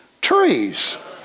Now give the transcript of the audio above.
trees